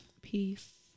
Peace